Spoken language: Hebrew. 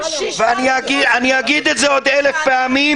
ואני אגיד את זה עוד אלף פעמים,